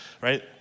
Right